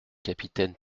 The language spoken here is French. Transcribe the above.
capitaine